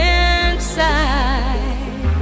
inside